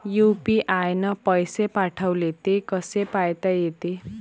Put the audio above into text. UPI न पैसे पाठवले, ते कसे पायता येते?